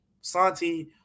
Santi